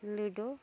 ludo